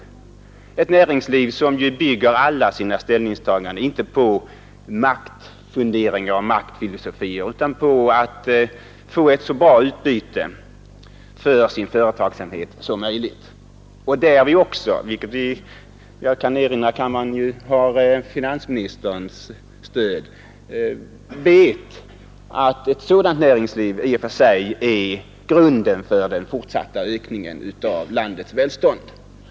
Detta näringsliv bygger ju alla sina ställningstaganden inte på maktfunderingar och maktfilosofier utan på utsikterna att få ett så bra utbyte för sin företagsamhet som möjligt och vet därvid också — jag kan erinra kammaren om att detta även har finansministerns stöd — att ett sådant näringsliv är grunden för den fortsatta ökningen av landets välstånd.